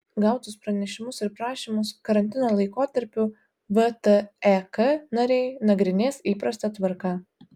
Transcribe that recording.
gautus pranešimus ir prašymus karantino laikotarpiu vtek nariai nagrinės įprasta tvarka